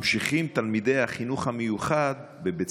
ממשיכים תלמידי החינוך המיוחד בבית